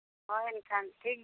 ᱦᱳᱭ ᱮᱠᱷᱟᱱ ᱴᱷᱤᱠ